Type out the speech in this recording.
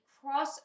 cross